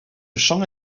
champ